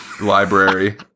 library